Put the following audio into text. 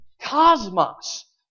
cosmos